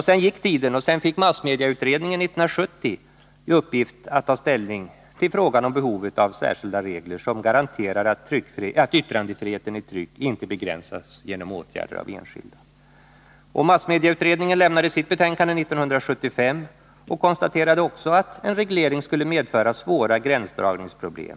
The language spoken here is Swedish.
Sedan gick tiden, och 1970 fick massmediautredningen i uppgift att ta ställning till frågan om behovet av särskilda regler som garanterar att yttrandefriheten i tryck inte begränsas genom åtgärder av enskilda. Massmediautredningen lämnade sitt betänkande 1975, och också den utredningen konstaterade att en reglering skulle medföra svåra gränsdragningsproblem.